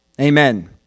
Amen